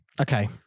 Okay